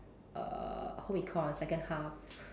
err home econs second half